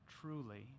truly